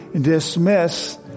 dismiss